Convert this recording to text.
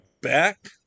back